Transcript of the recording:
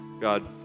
God